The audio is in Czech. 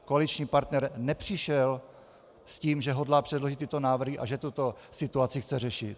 Koaliční partner nepřišel s tím, že hodlá předložit tyto návrhy a že tuto situaci chce řešit.